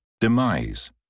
Demise